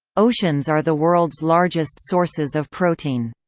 oceans are the world's largest sources of protein.